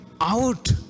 out